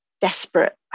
desperate